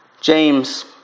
James